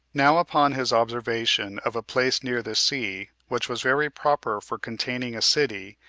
now upon his observation of a place near the sea, which was very proper for containing a city,